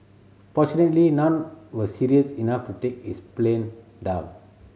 fortunately none were serious enough to take his plane down